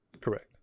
Correct